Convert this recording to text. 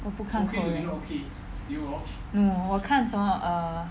我不看 korea no 我看什么 err